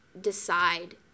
decide